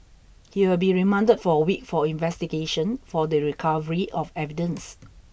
he will be remanded for a week for investigation for the recovery of evidence